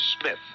Smith